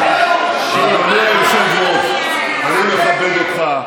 אני מכבד אותך.